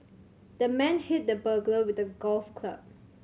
the man hit the burglar with a golf club